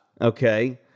Okay